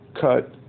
cut